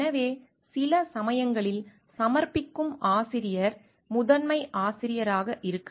எனவே சில சமயங்களில் சமர்ப்பிக்கும் ஆசிரியர் முதன்மை ஆசிரியராக இருக்கும்